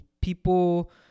people